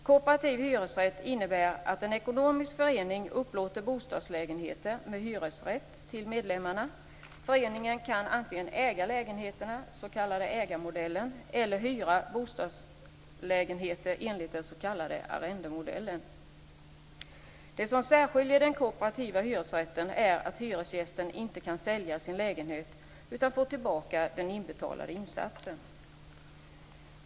Kooperativ hyresrätt innebär att en ekonomisk förening upplåter bostadslägenheter med hyresrätt till medlemmarna. Föreningen kan antingen äga lägenheterna, den s.k. ägarmodellen, eller hyra bostadslägenheter enligt den s.k. arrendemodellen. Det som särskiljer den kooperativa hyresrätten är att hyresgästen inte kan sälja sin lägenhet utan får tillbaka den inbetalade insatsen.